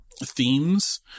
themes